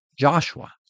Joshua